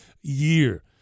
year